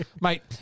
Mate